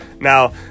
Now